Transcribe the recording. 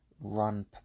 run